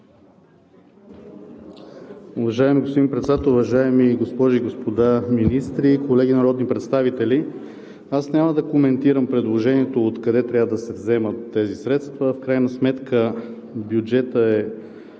Уважаеми господин Председател, уважаеми госпожи и господа министри, колеги народни представители! Аз няма да коментирам предложението откъде трябва да се вземат тези средства. В крайна сметка бюджетът